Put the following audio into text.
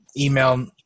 email